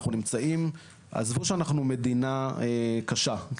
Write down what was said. עזבו שאנחנו מדינה קשה,